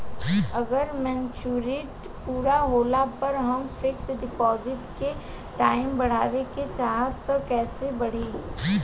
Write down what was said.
अगर मेचूरिटि पूरा होला पर हम फिक्स डिपॉज़िट के टाइम बढ़ावे के चाहिए त कैसे बढ़ी?